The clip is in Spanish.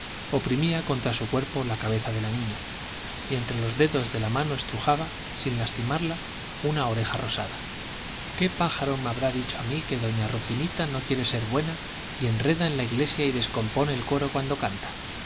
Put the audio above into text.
oprimía contra su cuerpo la cabeza rubia y entre los dedos de la mano estrujaba sin lastimarla una oreja rosada qué pájaro me habrá dicho a mí que doña rufinita no quiere ser buena y enreda en la iglesia y descompone el coro cuando canta